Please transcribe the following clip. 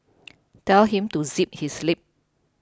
tell him to zip his lip